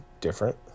different